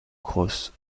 crosse